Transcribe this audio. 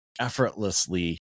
effortlessly